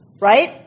right